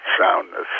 soundness